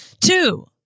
Two